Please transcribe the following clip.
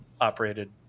operated